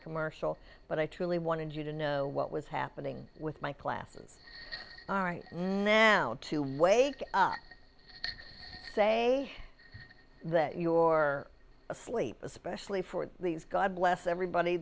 commercial but i truly wanted you to know what was happening with my classes all right now to wake up say that your asleep especially for these god bless everybody